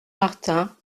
martin